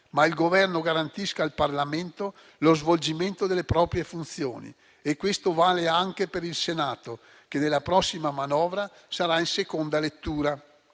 ma il Governo garantisca al Parlamento lo svolgimento delle proprie funzioni. Questo vale anche per il Senato, che esaminerà la prossima manovra in seconda lettura.